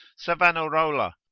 savanarola,